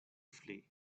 flee